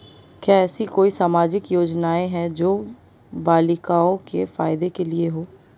क्या ऐसी कोई सामाजिक योजनाएँ हैं जो बालिकाओं के फ़ायदे के लिए हों?